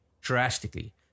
drastically